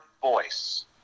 voice